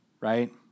right